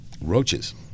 roaches